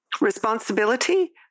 Responsibility